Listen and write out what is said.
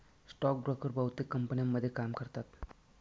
stock broker बहुतेक कंपन्यांमध्ये काम करतात